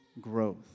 growth